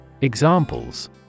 Examples